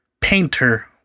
painter